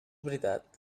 veritat